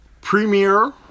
premiere